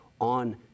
on